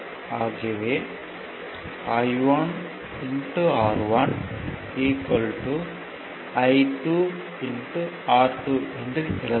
ஆகவே I1 R1 I2 R2 என எழுதலாம்